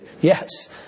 Yes